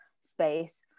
space